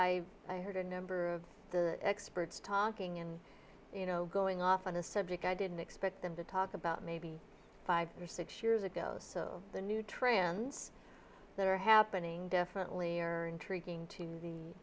i i heard a number of experts talking and going off on a subject i didn't expect them to talk about maybe five or six years ago the new trends that are happening definitely are intriguing to the